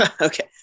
Okay